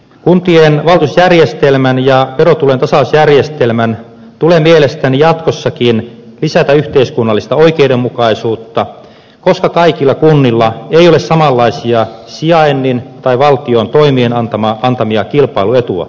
kuntien tai elämän ja verotulotasausjärjestelmän tulee mielestäni jatkossakin lisätä yhteiskunnallista oikeudenmukaisuutta koska kaikilla kunnilla joilla samalla ja sijainnin tai valtion toimien antama pantania kilpailuetua